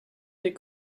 des